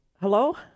Hello